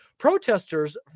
protesters